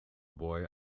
boy